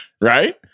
right